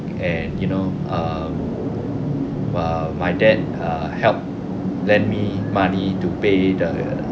and you know um err my dad err helped lend me money to pay the